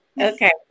okay